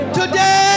today